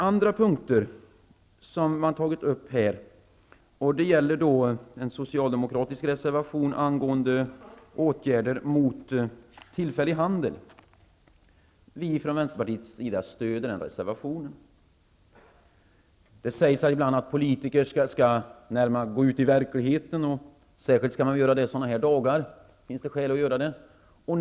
Andra punkter som här tagits upp gäller en socialdemokratisk reservation angående åtgärder mot tillfällig handel. Vi från Vänsterpartiet stöder den reservationen. Det sägs här ibland att politiker skall gå ut i verkligheten, och särskilt sådana här vackra dagar finns det skäl att göra det.